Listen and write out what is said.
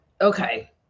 okay